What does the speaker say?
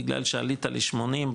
בגלל שעלית ל-80,